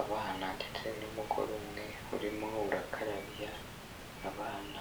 abana ndetse n'umugore umwe urimo urakarabya abana.